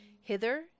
Hither